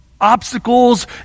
obstacles